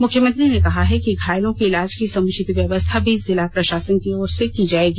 मुख्यमंत्री ने कहा है कि घायलों के इलाज की समुचित व्यवस्था भी जिला प्रशासन की ओर से की जाएगी